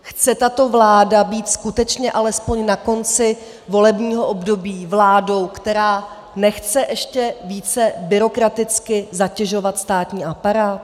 Chce tato vláda být skutečně alespoň na konci volebního období vládou, která nechce ještě více byrokraticky zatěžovat státní aparát?